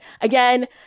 again